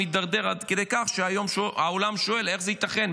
הידרדר עד כדי כך שהיום העולם שואל: איך זה ייתכן?